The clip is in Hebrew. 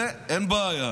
זה, אין בעיה.